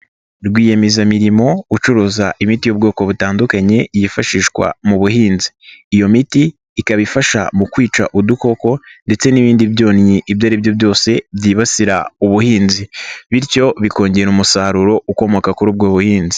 Rwiyemezamirimo ucuruza imiti y'ubwoko butandukanye yifashishwa mu buhinzi. Iyo miti ikaba ifasha mu kwica udukoko ndetse n'ibindi byonyi ibyo aribyo byose byibasira ubuhinzi, bityo bikongera umusaruro ukomoka kuri ubwo buhinzi.